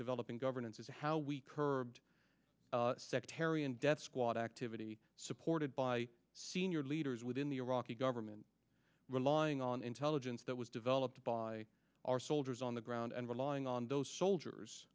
developing governance is how we curb sectarian death squad activity supported by senior leaders within the iraqi government relying on intelligence that was developed by our soldiers on the ground and relying on those soldiers